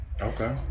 Okay